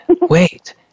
wait